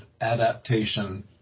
adaptation